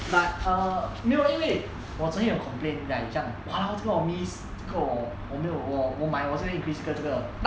but err 没有因为我曾有 complain ya 这样 !walao! 这个我 miss 这个我我没有我买我就 increase 这个这个